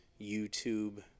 YouTube